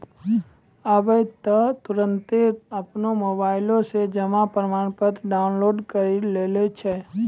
आबै त तुरन्ते अपनो मोबाइलो से जमा प्रमाणपत्र डाउनलोड करि लै छै